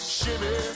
shimmy